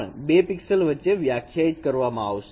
આ જોડાણને પણ 2 પિક્સેલ વચ્ચે વ્યાખ્યાયિત કરવામાં આવશે